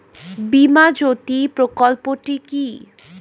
বীমা জ্যোতি প্রকল্পটি কি?